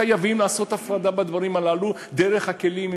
חייבים לעשות הפרדה בדברים הללו דרך הכלים,